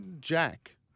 Jack